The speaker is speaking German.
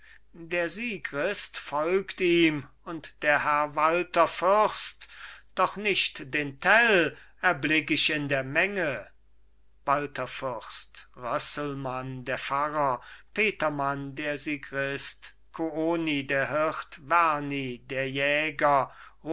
der sigrist folgt ihm und herr walther fürst doch nicht den tell erblick ich in der menge walther fürst rösselmann der pfarrer petermann der sigrist kuoni der hirt werni der jäger